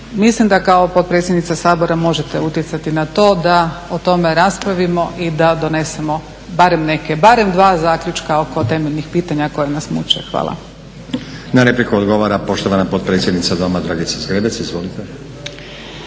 Mislim da kao potpredsjednica Sabora možete utjecati na to da o tome raspravimo i da to donesemo barem neke, barem dva zaključka oko temeljnih pitanja koja nas muče. Hvala. **Stazić, Nenad (SDP)** Na repliku odgovara poštovana potpredsjednica Doma Dragica Zgrebec. Izvolite.